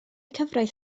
cyfraith